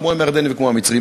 כמו עם הירדנים וכמו עם המצרים.